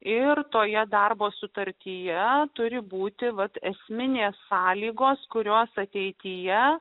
ir toje darbo sutartyje turi būti vat esminės sąlygos kurios ateityje